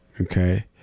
Okay